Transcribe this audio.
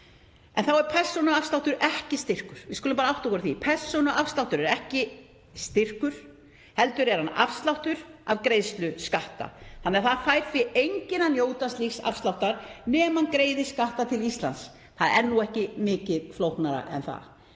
áramót. Persónuafsláttur er ekki styrkur. Við skulum bara átta okkur á því. Persónuafsláttur er ekki styrkur heldur afsláttur af greiðslu skatta. Það fær því enginn að njóta slíks afsláttar nema hann greiði skatta til Íslands. Það er nú ekki mikið flóknara en það.